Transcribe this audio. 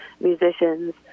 musicians